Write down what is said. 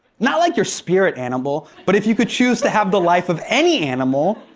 not like your spirit animal, but if you could choose to have the life of any animal,